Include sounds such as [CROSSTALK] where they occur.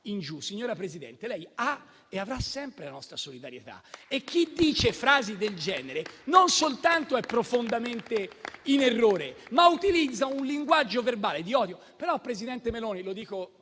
lei ha e avrà sempre la nostra solidarietà. [APPLAUSE] Chi dice frasi del genere non soltanto è profondamente in errore, ma utilizza un linguaggio verbale di odio.